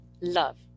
love